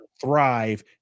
thrive